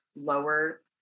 lower